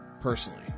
personally